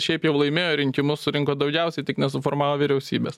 šiaip jau laimėjo rinkimus surinko daugiausiai tik nesuformavo vyriausybės